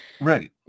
Right